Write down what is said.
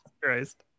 Christ